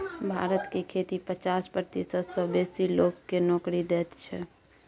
भारत के खेती पचास प्रतिशत सँ बेसी लोक केँ नोकरी दैत छै